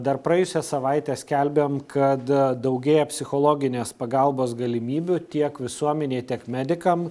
dar praėjusią savaitę skelbėm kad daugėja psichologinės pagalbos galimybių tiek visuomenėj tiek medikam